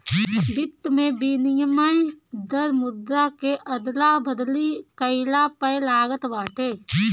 वित्त में विनिमय दर मुद्रा के अदला बदली कईला पअ लागत बाटे